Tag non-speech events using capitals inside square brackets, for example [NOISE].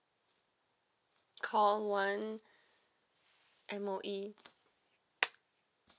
call one M_O_E [NOISE]